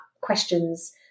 questions